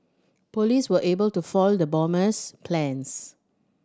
police were able to foil the bomber's plans